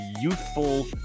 youthful